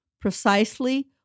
precisely